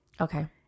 okay